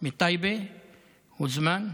מטייבה הוזמן,